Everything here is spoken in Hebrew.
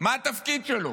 מה התפקיד שלו?